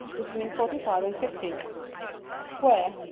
between forty five and fifty square,